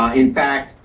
um in fact,